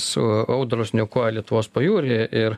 su audros niokoja lietuvos pajūrį ir